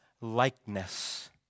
likeness